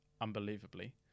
unbelievably